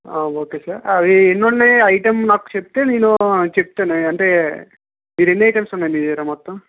okay sir అది ఎన్నున్నాయో item నాకు చెప్తే నేను చెప్తాను అంటే మీరు ఎన్ని ఐటమ్స్ ఉన్నాయి మీ దగ్గర మొత్తం